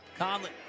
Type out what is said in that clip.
Conley